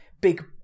big